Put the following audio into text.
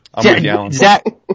Zach